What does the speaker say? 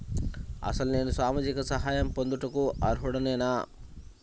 అసలు నేను సామాజిక సహాయం పొందుటకు అర్హుడనేన?